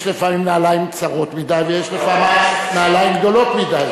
יש לפעמים נעליים צרות מדי ויש לפעמים נעליים גדולות מדי.